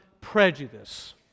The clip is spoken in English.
prejudice